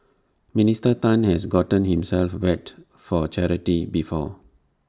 Minister Tan has gotten himself wet for charity before